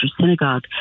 synagogue